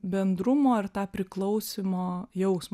bendrumo ir tą priklausymo jausmą